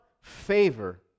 favor